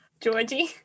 Georgie